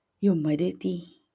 humidity